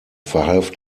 verhalf